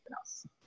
else